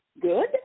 good